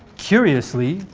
curiously,